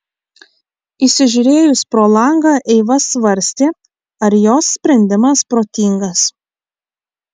įsižiūrėjusi pro langą eiva svarstė ar jos sprendimas protingas